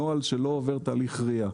נוהל שלא עובר תהליך RIA,